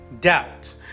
doubt